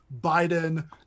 Biden